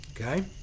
okay